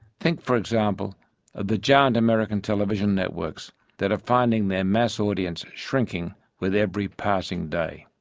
think, for example, of the giant american television networks that are finding their mass audience shrinking with every passing day.